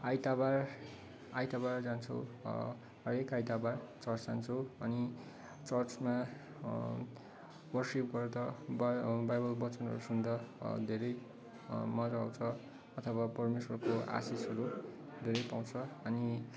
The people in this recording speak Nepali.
आइतबार आइतबार जान्छु हरेक आइतबार चर्च जान्छु अनि चर्चमा वर्सिप गर्दा बाइ बाइबल वचनहरू सुन्दा धेरै मजा आउँछ अथवा परमेश्वरको आशिषहरू धेरै पाउँछ अनि